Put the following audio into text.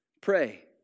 pray